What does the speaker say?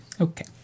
Okay